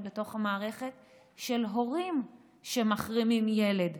בתוך המערכת של הורים שמחרימים ילד.